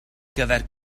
gyfer